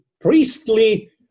priestly